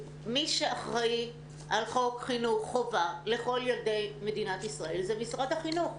מי שאחראי על חוק חינוך חובה לכל ילדי מדינת ישראל זה משרד החינוך.